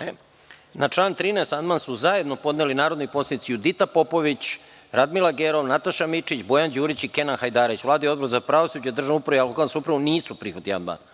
(Ne.)Na član 13. amandman su zajedno podneli narodni poslanici Judita Popović, Radmila Gerov, Nataša Mićić, Bojan Đurić i Kenan Hajdarević. Vlada i Odbor za pravosuđe, državnu upravu i lokalnu samoupravu nisu prihvatili amandman. Odbor